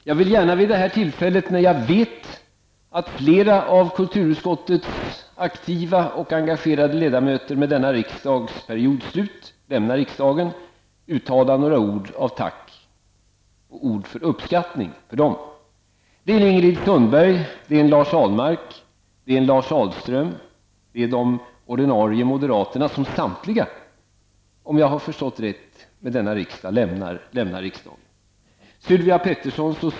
Jag vill gärna vid detta tillfälle, när jag vet att flera av kulturutskottets aktiva och engagerade ledamöter med denna riksdagsperiods slut lämnar riksdagen, uttala några ord av tack och uppskattning till dem. Det är Ingrid Sundberg, Lars Ahlmark och Lars Ahlström, samtliga de ordinarie moderata ledamöterna, som om jag har förstått rätt med detta riksmötes utgång lämnar riksdagen.